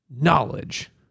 knowledge